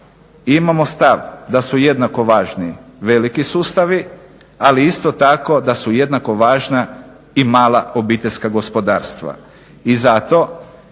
imamo stav da su jednako važni veliki sustavi, ali isto tako da su jednako važna i mala obiteljska gospodarstva. I zato